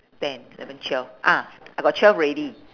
ten eleven twelve ah I got twelve already